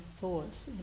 thoughts